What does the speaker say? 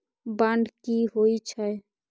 Bond की होई छै?